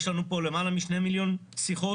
יש לנו פה למעלה משני מיליון שיחות.